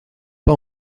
pas